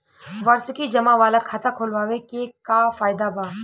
वार्षिकी जमा वाला खाता खोलवावे के का फायदा बा?